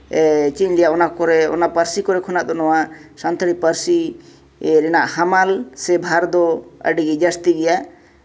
ᱚᱱᱟ ᱠᱚᱨᱮ ᱚᱱᱟ ᱯᱟᱹᱨᱥᱤ ᱠᱚᱨᱮ ᱠᱷᱚᱱ ᱫᱚ ᱱᱚᱣᱟ ᱥᱟᱱᱛᱟᱲᱤ ᱯᱟᱹᱨᱥᱤ ᱨᱮᱭᱟᱜ ᱦᱟᱢᱟᱞ ᱥᱮ ᱵᱷᱟᱨ ᱫᱚ ᱟᱹᱰᱤᱜᱮ ᱡᱟᱹᱥᱛᱤ ᱜᱮᱭᱟ